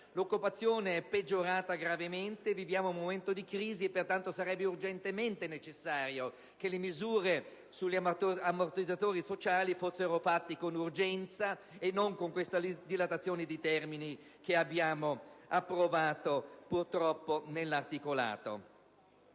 L'occupazione è peggiorata gravemente, viviamo un momento di crisi; sarebbe pertanto urgente e necessario che le misure sugli ammortizzatori sociali fossero attuate con urgenza e non con questa dilatazione di termini che purtroppo abbiamo approvato nell'articolato.